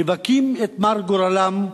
מבכים את מר גורלם,